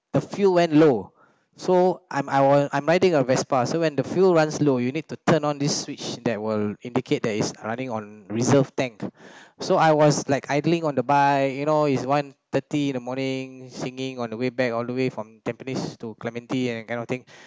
the fuel went low so I'm I wa~ I'm riding a Vespa so when the fuel runs low you need to turn on this switch that will indicate that is running on reserve tank so I was like idling on the bike you know is one thirty in the morning singing on the way back all the way from tampines to clementi and that kind of thing